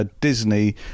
Disney